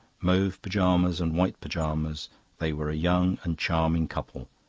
mauve pyjamas and white pyjamas they were a young and charming couple.